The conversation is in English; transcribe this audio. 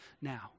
now